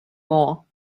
more